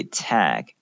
tag，